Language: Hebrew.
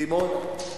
דימונה.